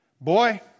Boy